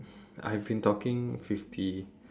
I've been talking fifty